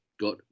got